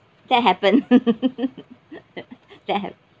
that happen that hap~